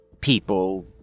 People